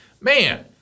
man